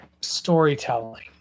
storytelling